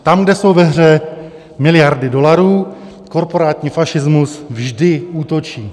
Tam, kde jsou ve hře miliardy dolarů, korporátní fašismus vždy útočí.